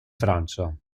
francia